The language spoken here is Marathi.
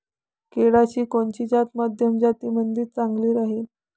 केळाची कोनची जात मध्यम मातीमंदी चांगली राहिन?